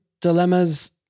dilemmas